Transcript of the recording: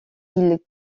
ils